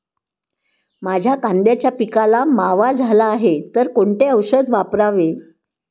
माझ्या कांद्याच्या पिकाला मावा झाला आहे तर कोणते औषध वापरावे?